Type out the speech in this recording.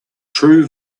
true